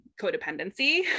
codependency